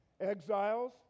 exiles